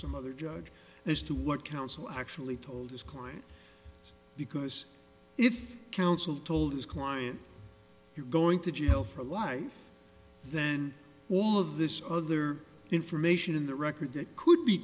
some other judge as to what counsel actually told his client because if counsel told his client you're going to jail for life then all of this other information in the record that could be